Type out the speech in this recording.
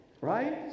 Right